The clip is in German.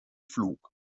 flug